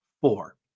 four